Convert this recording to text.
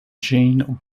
jean